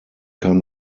kam